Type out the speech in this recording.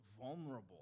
vulnerable